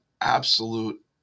absolute